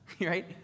right